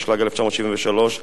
התשל"ג 1973,